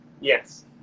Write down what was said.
yes